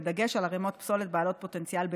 בדגש על ערימות פסולת בעלות פוטנציאל בעירה,